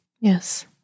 Yes